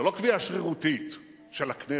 זו לא קביעה שרירותית של הכנסת.